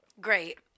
Great